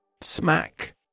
Smack